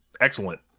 excellent